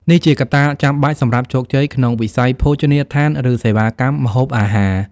នេះជាកត្តាចាំបាច់សម្រាប់ជោគជ័យក្នុងវិស័យភោជនីយដ្ឋាន ឬសេវាកម្មម្ហូបអាហារ។